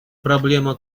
проблема